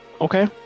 okay